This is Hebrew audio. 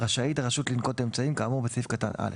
רשאית הרשות לנקוט אמצעים כאמור בסעיף קטן (א).